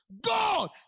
God